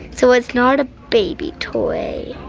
so it's not a baby toy.